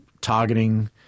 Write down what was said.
targeting